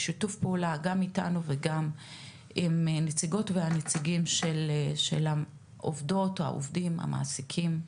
בשיתוף פעולה גם אתנו וגם עם נציגות ונציגי העובדות והעובדים והמעסיקים.